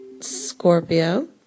Scorpio